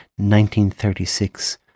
1936